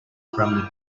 from